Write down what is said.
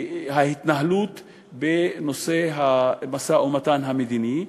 ההתנהלות בנושא המשא-ומתן המדיני,